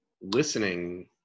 listening